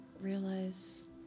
realize